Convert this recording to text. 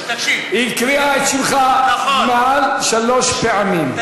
תקשיב, היא הקריאה את שמך מעל שלוש פעמים, נכון.